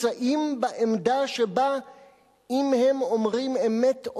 נמצאים בעמדה שבה אם הם אומרים אמת,